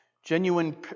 Genuine